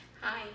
Hi